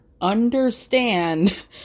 understand